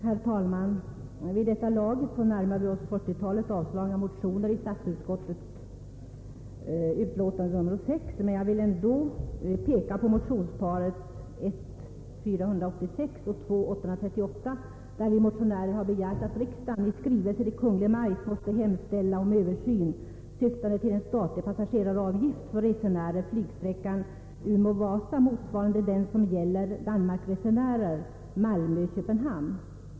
Herr talman! Vid det här laget har vi avverkat närmare ett 40-tal avstyrkta motioner i statsutskottets utlåtande nr 6. Jag vill ändå peka på motionsparet 1: 486 och II: 838, vari vi motionärer har begärt att ”riksdagen i skrivelse till Kungl. Maj:t måtte hemställa om översyn syftande till en statlig passageraravgift för resenärer flygsträckan Umeå —Vasa motsvarande den som gäller Danmarksresenärer Malmö—Köpenhamn”.